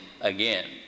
again